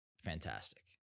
fantastic